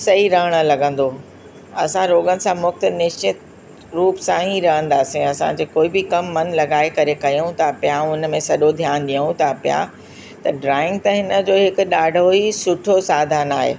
सही रहणु लॻंदो असां रोगनि सां मुक्त निश्चित रूप सांं ई रहंदासीं असांजे कोई बि कमु मनु लॻाए करे कयूं था पिया ऐं उन में सॼो ध्यान ॾियूं था पिया त ड्रॉइंग त हिन जो हिकु ॾाढो ई सुठो साधन आहे